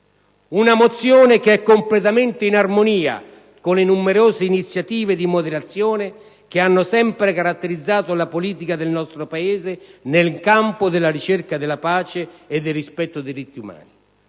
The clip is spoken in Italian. una mozione che è completamente in armonia con le numerose iniziative di moderazione che hanno sempre caratterizzato la politica del nostro Paese nel campo della ricerca della pace e del rispetto dei diritti umani.